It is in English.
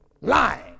Lying